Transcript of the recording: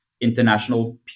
international